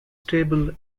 stable